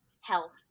health